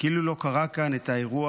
כאילו לא קרה כאן האירוע